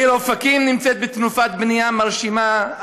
העיר אופקים נמצאת בתנופת בנייה מרשימה,